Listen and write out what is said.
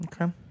Okay